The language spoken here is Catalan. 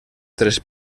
tres